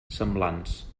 semblants